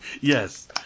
yes